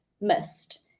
missed